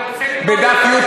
אתה רוצה ללמוד, בדף י',